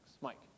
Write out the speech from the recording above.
Mike